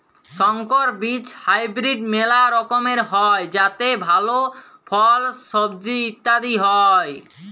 সংকর বীজ হাইব্রিড মেলা রকমের হ্যয় যাতে ভাল ফল, সবজি ইত্যাদি হ্য়য়